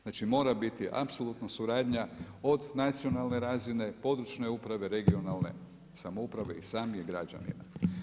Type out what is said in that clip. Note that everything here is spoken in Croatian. Znači mora biti apsolutna suradnja od nacionalne razine, područne uprave, regionalne samouprave i samih građanina.